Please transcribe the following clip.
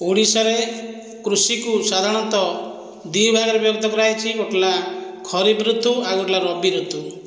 ଓଡ଼ିଶାରେ କୃଷିକୁ ସାଧାରଣତଃ ଦୁଇ ଭାଗରେ ବିଭକ୍ତ କରାଯାଇଛି ଗୋଟିଏ ହେଲା ଖରିଫ ଋତୁ ଆଉ ଗୋଟିଏ ହେଲା ରବି ଋତୁ